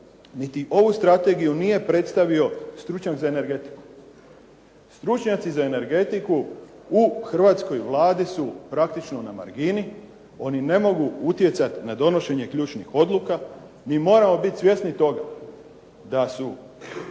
niti ovu Strategiju nije predstavio stručnjak za energetiku. Stručnjaci za energetiku u Hrvatskoj vladi su praktično na margini, oni ne mogu utjecati na donošenje ključnih odluka, mi moramo biti svjesni toga da su